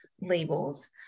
labels